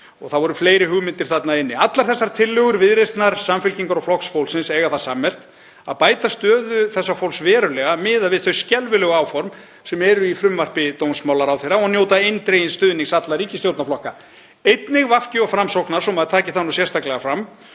Og það voru fleiri hugmyndir þarna inni. Allar þessar tillögur Viðreisnar, Samfylkingar og Flokks fólksins eiga það sammerkt að bæta stöðu þessa fólks verulega miðað við þau skelfilegu áform sem eru í frumvarpi dómsmálaráðherra og njóta eindregins stuðnings allra ríkisstjórnarflokkanna, einnig VG og Framsóknar, svo maður taki það sérstaklega fram,